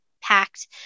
packed